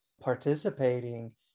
participating